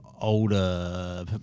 older